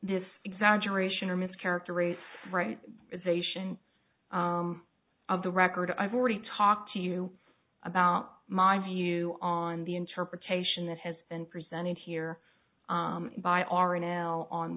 this exaggeration or mis character rates right zation of the record i've already talked to you about my view on the interpretation that has been presented here by our n l on